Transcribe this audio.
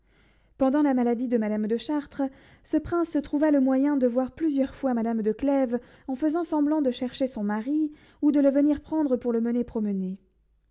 pendant la maladie de madame de chartres ce prince trouva le moyen de voir plusieurs fois madame de clèves en faisant semblant de chercher son mari ou de le venir prendre pour le mener promener